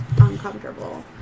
uncomfortable